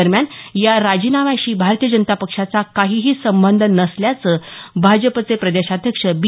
दरम्यान या राजीनाम्याशी भारतीय जनता पक्षाचा काहीही संबंध नसल्याचं भाजपचे प्रदेशाध्यक्ष बी